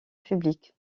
publique